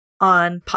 on